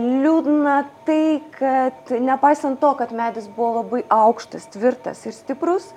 liūdna tai kad ir nepaisan to kad medis buvo labai aukštas tvirtas ir stiprus